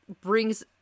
brings